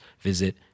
visit